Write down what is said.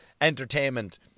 entertainment